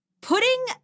putting